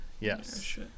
Yes